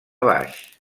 baix